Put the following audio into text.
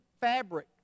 fabric